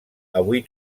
avui